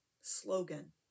slogan